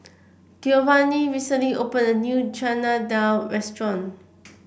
Giovani recently opened a new Chana Dal Restaurant